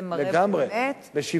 זה מראה באמת על,